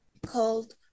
called